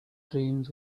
dreams